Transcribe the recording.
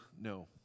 no